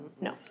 No